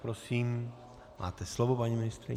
Prosím, máte slovo, paní ministryně.